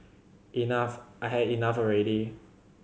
enough I had enough already